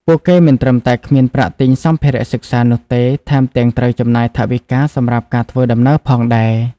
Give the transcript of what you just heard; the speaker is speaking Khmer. ពួកគេមិនត្រឹមតែគ្មានប្រាក់ទិញសម្ភារៈសិក្សានោះទេ ថែមទាំងត្រូវចំណាយថវិកាសម្រាប់ការធ្វើដំណើរផងដែរ។